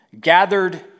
gathered